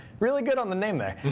really good on the name there.